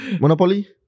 monopoly